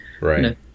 right